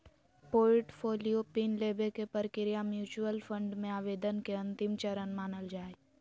portfolio pin लेबे के प्रक्रिया म्यूच्यूअल फंड मे आवेदन के अंतिम चरण मानल जा हय